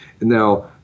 Now